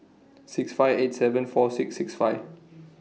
six five eight seven four six six five